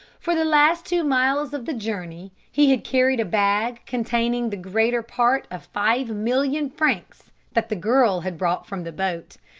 for the last two miles of the journey he had carried a bag containing the greater part of five million francs that the girl had brought from the boat.